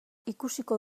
ikusiko